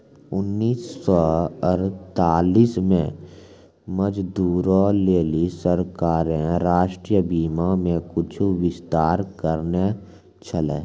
उन्नीस सौ अड़तालीस मे मजदूरो लेली सरकारें राष्ट्रीय बीमा मे कुछु विस्तार करने छलै